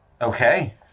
Okay